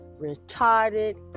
retarded